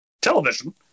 television